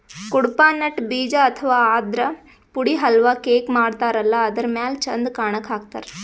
Cuddapah nut ಬೀಜ ಅಥವಾ ಆದ್ರ ಪುಡಿ ಹಲ್ವಾ, ಕೇಕ್ ಮಾಡತಾರಲ್ಲ ಅದರ್ ಮ್ಯಾಲ್ ಚಂದ್ ಕಾಣಕ್ಕ್ ಹಾಕ್ತಾರ್